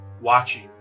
watching